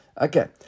Okay